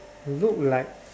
look like